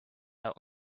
out